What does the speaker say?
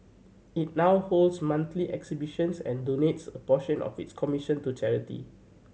it now holds monthly exhibitions and donates a portion of its commission to charity